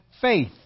faith